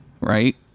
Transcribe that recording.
Right